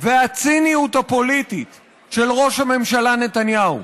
והציניות הפוליטיות של ראש הממשלה נתניהו.